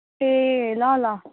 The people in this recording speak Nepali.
ए ल ल